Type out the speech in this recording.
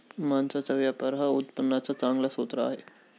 मांसाचा व्यापार हा उत्पन्नाचा चांगला स्रोत आहे